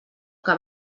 que